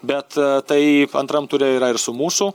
bet tai antram ture yra ir su mūsų